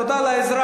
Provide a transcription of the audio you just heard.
תודה על העזרה,